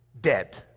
dead